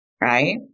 right